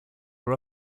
are